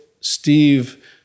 Steve